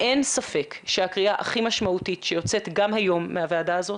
אין ספק שהקריאה הכי משמעותית שיוצאת גם היום מהוועדה הזאת